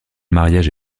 mariage